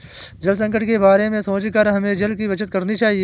जल संकट के बारे में सोचकर हमें जल की बचत करनी चाहिए